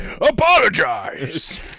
Apologize